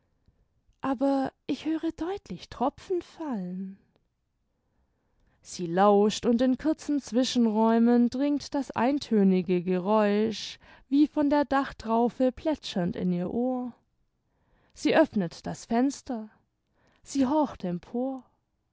aber ich höre deutlich tropfen fallen sie lauscht und in kurzen zwischenräumen dringt das eintönige geräusch wie von der dachtraufe plätschernd in ihr ohr sie öffnet das fenster sie horcht empor